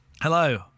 Hello